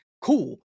cool